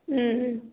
ம்ம்